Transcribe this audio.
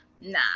Nah